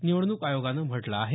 निवडणूक आयोगानं म्हटलं आहे